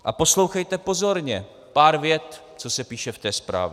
A poslouchejte pozorně pár vět, co se píše v té zprávě: